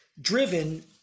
driven